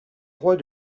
rois